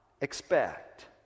expect